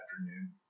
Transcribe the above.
afternoon